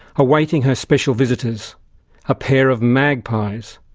awaiting her special visitors a pair of magpies.